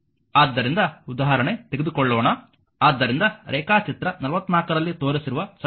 ಆದ್ದರಿಂದ ಉದಾಹರಣೆ ತೆಗೆದುಕೊಳ್ಳೋಣ ಆದ್ದರಿಂದ ರೇಖಾಚಿತ್ರ 44 ರಲ್ಲಿ ತೋರಿಸಿರುವ ಸರ್ಕ್ಯೂಟ್ನಲ್ಲಿ